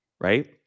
right